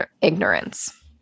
ignorance